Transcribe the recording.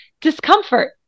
discomfort